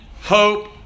hope